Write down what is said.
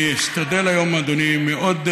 אני אשתדל היום, אדוני, מאוד,